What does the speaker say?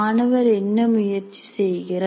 மாணவர் என்ன முயற்சி செய்கிறார்